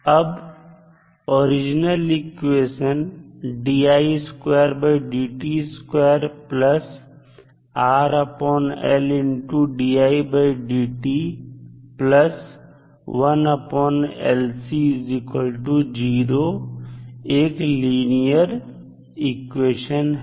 अब original equation एक linear equation है